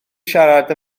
siarad